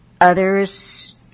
others